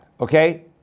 Okay